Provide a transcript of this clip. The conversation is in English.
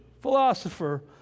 philosopher